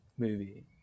movie